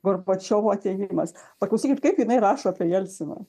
gorbačiovo atėjimas paklausykit kaip jinai rašo apie jelseną